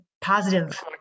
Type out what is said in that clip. positive